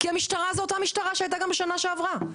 כי המשטרה הייתה אותה משטרה שהייתה גם בשנה שעברה.